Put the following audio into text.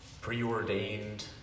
preordained